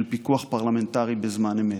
של פיקוח פרלמנטרי בזמן אמת.